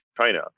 China